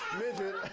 midget.